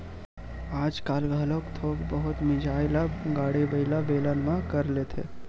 आजकाल घलोक थोक बहुत मिजई ल बइला गाड़ी, बेलन म कर लेथे